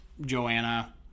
Joanna